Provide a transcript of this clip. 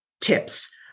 tips